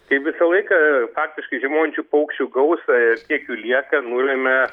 tai visą laiką faktiškai žiemojančių paukščių gausą ir kiek jų lieka nulemia